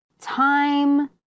Time